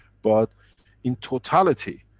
but in totality,